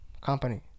company